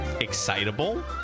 excitable